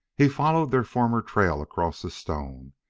he followed their former trail across the stone,